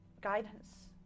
guidance